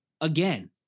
again